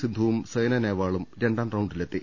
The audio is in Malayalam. സിന്ധുവും സൈന നെഹ്വാളും രണ്ടാം റൌണ്ടിലെത്തി